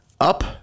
up